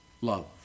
love